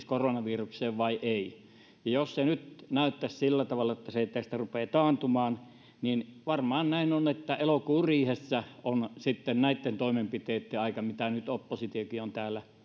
koronavirukseen vai ei jos se nyt näyttäisi sillä tavalla että se tästä rupeaa taantumaan niin varmaan näin on että elokuun riihessä on sitten näitten toimenpiteitten aika mitä nyt oppositiokin on täällä